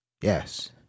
Yes